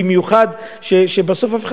במיוחד כשאף אחד